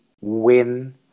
win